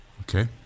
Okay